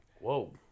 Whoa